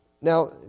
Now